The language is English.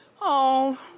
oh.